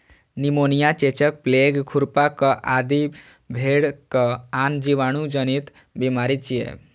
pneumonia, चेचक, plague, खुरपका आदि भेड़क आन जीवाणु जनित बीमारी छियै